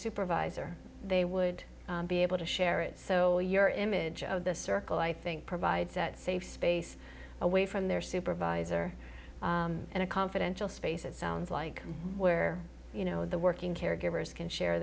supervisor they would be able to share it so your image of the circle i think provides a safe space away from their supervisor and a confidential space it sounds like where you know the working caregivers can share